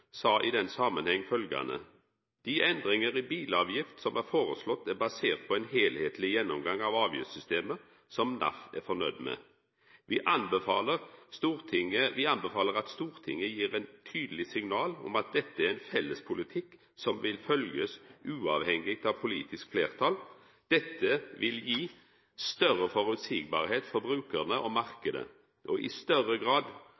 sa følgjande: «De endringene som er foreslått er basert på en helhetlig gjennomgang av avgiftssystemet som NAF er fornøyd med. Vi anbefaler at Stortinget gir ett tydelig signal om at dette er en felles politikk som vil følges uavhengig av politiske flertall. Dette vil gi større forutsigbarhet for forbrukere og markedet, og i større grad